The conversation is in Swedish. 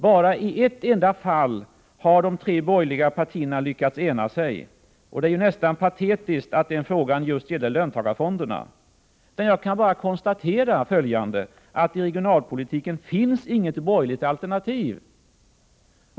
Bara i ett enda fall har de borgerliga partierna lyckats ena sig. Det är nästan patetiskt att den frågan just gäller löntagarfonderna. Då kan jag bara konstatera följande: Beträffande regionalpolitiken finns inget borgerligt alternativ.